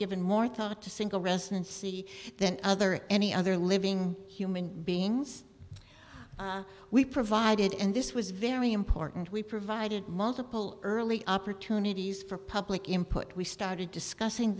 given more thought to single residency than other any other living human beings we provided and this was very important we provided multiple early opportunities for public input we started discussing